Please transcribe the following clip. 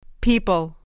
People